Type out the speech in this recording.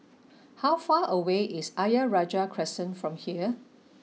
how far away is Ayer Rajah Crescent from here